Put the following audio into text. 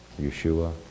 Yeshua